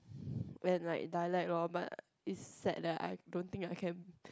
and like dialect lor but it's sad that I don't think I can